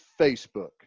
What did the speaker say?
Facebook